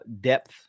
depth